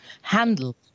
handle